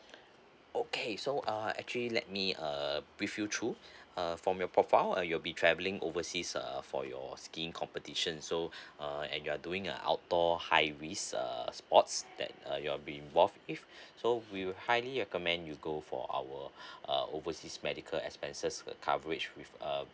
okay so uh actually let me uh brief you through uh from your profile uh you'll be travelling overseas err for your skiing competition so uh and you're doing a outdoor high risk uh sports that uh you'll be involved with so we will highly recommend you go for our uh overseas medical expenses uh coverage with err